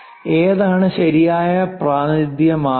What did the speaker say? ഏതാണ് ശരിയായ പ്രാതിനിധ്യ മാർഗം